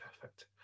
perfect